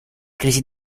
crisi